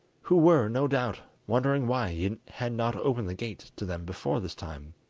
who were no doubt wondering why he had not opened the gate to them before this time.